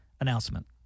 announcement